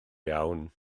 iawn